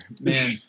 man